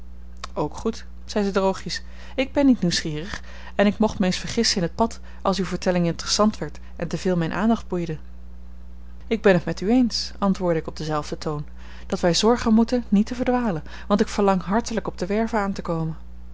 ook goed zei ze droogjes ik ben niet nieuwsgierig en ik mocht mij eens vergissen in het pad als uwe vertelling interessant werd en te veel mijne aandacht boeide ik ben t met u eens antwoordde ik op denzelfden toon dat wij zorgen moeten niet te verdwalen want ik verlang hartelijk op de werve aan te komen